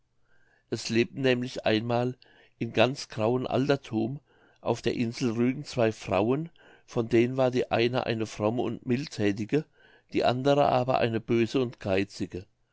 es lebten nämlich einmal im ganz grauen alterthum auf der insel rügen zwei frauen von denen war die eine eine fromme und mildthätige die andere aber eine böse und geizige